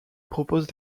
propose